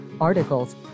articles